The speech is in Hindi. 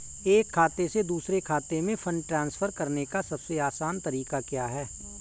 एक खाते से दूसरे खाते में फंड ट्रांसफर करने का सबसे आसान तरीका क्या है?